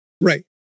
right